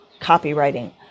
copywriting